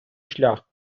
шлях